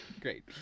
great